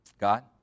God